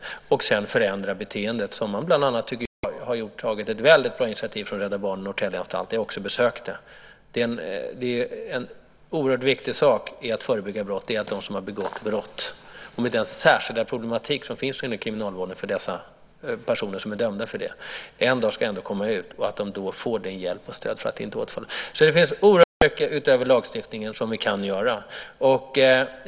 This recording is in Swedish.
Vidare måste man förändra beteendet. Där har bland annat ett väldigt bra initiativ tagits av Rädda Barnen och Norrtäljeanstalten, som jag också har besökt. En oerhört viktig sak i att förebygga brott är att de som begått brott, särskilt med den problematik som finns inom kriminalvården för personer som är dömda för dessa brott, den dag de kommer ut får hjälp och stöd för att inte återfalla. Det finns alltså oerhört mycket utöver lagstiftningen som vi kan göra.